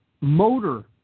motor